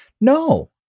No